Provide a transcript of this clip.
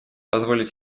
позволить